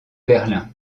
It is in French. berlin